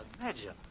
imagine